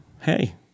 hey